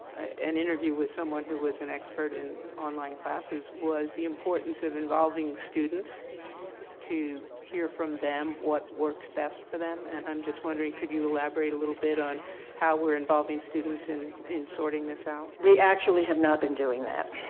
an interview with someone who was an expert in online classes was the importance of involving students to hear from them what works best for them. and i am just wondering could you elaborate a little bit on how we are involving students in in sorting this out? we actually have not been doing that.